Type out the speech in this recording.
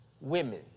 women